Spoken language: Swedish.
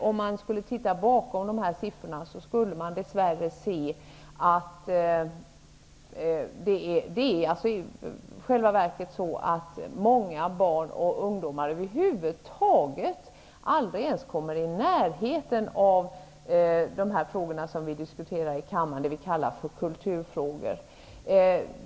Om man tittar bakom alla siffror, skulle man dess värre se att många barn och ungdomar i själva verket aldrig ens kommer i närheten av det som vi kallar för kulturfrågor och som vi nu diskuterar.